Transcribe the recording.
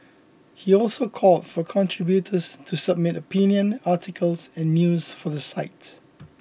he also called for contributors to submit opinion articles and news for the site